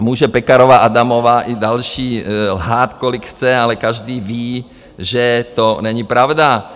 A může Pekarová Adamová i další lhát, kolik chce, ale každý ví, že to není pravda.